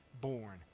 born